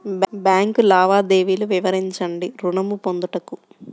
Bank లావాదేవీలు వివరించండి ఋణము పొందుటకు?